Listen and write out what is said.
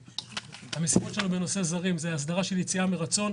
המשימות שלנו בנושאי זרים זה יציאה מרצון.